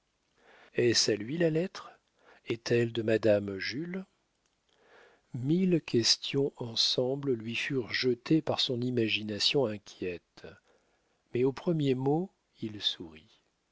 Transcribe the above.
est-ce à lui la lettre est-elle de madame jules mille questions ensemble lui furent jetées par son imagination inquiète mais aux premiers mots il sourit